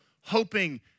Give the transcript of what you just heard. hoping